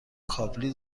کابلی